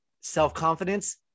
self-confidence